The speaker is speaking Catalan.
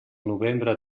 novembre